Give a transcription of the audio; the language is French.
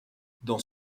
dans